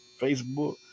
Facebook